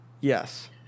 Yes